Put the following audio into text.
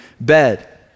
bed